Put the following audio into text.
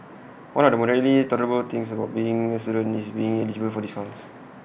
one of the moderately tolerable things about being A student is being eligible for discounts